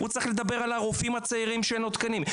הוא צריך לדבר על הרופאים הצעירים שאין לו תקנים,